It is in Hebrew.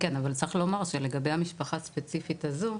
כן אבל צריך לומר שלגבי המשפחה הספציפית הזו,